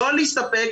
לא להסתפק,